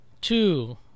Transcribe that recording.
two